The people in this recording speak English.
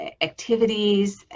activities